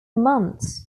months